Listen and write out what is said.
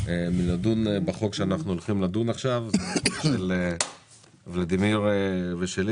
מלדון בחוק שאנחנו הולכים לדון בו של ולדימיר ושלי,